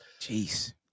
Jeez